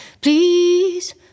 Please